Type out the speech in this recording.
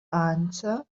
answer